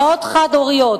אמהות חד-הוריות,